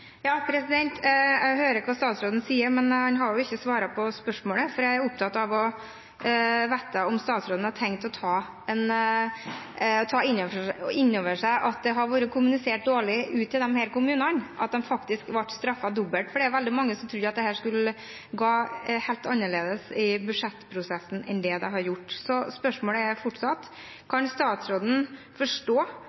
ikke svart på spørsmålet. Jeg er opptatt av å vite om statsråden har tenkt å ta inn over seg at det har vært kommunisert dårlig ut til disse kommunene, at de faktisk ble straffet dobbelt, for det er veldig mange som trodde at dette skulle gå helt annerledes i budsjettprosessen enn hva det har gjort. Spørsmålet er fortsatt: